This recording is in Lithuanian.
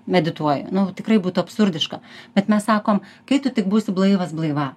medituoju nu tikrai būtų absurdiška bet mes sakom kai tu tik būsi blaivas blaiva